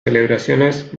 celebraciones